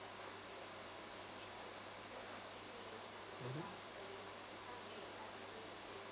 mmhmm